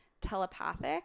telepathic